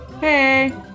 Hey